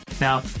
Now